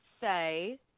say